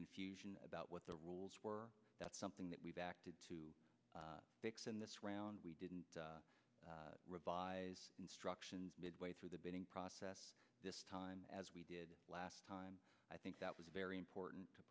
confusion about what the rules were that something that we've acted to fix in this round we didn't revise instructions midway through the bidding process this time as we did last time i think that was very important to